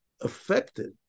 affected